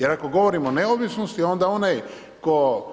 Jer ako govorimo o neovisnosti onda onaj tko